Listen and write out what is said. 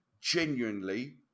genuinely